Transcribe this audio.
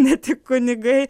ne tik kunigai